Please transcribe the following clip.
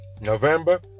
November